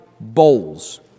bowls